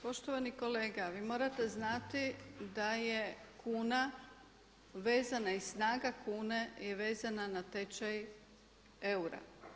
Poštovani kolega, vi morate znati da je kuna vezana i snaga kune je vezana na tečaj eura.